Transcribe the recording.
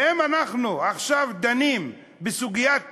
ואם אנחנו עכשיו דנים בסוגיית פיקוח,